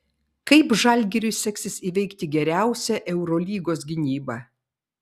kaip žalgiriui seksis įveikti geriausią eurolygos gynybą